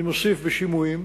אני מוסיף: בשימועים,